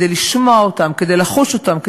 כדי לשמוע אותם,